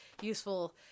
useful